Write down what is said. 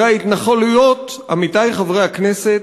הרי ההתנחלויות, עמיתי חברי הכנסת,